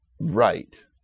Right